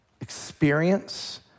experience